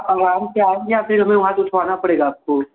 से आएँगे या फिर हमे वहाँ से उठवाना पड़ेगा आपको